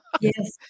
Yes